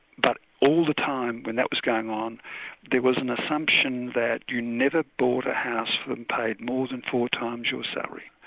but all the time when that was going on there was an assumption that you never bought a house and paid more than four times your salary.